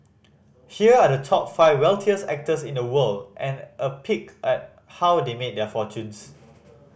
here are the top five wealthiest actors in the world and a peek at how they made their fortunes